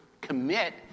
commit